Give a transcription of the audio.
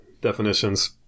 definitions